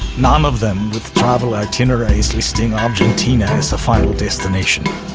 none um of them with travel itineraries listing argentina as the final destination.